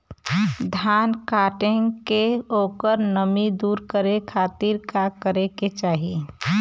धान कांटेके ओकर नमी दूर करे खाती का करे के चाही?